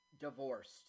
divorced